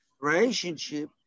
relationship